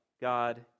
God